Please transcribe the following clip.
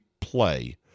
play